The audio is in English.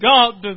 God